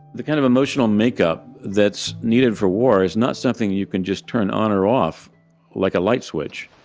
the kind of emotional makeup that's needed for war is not something you can just turn on or off like a light switch.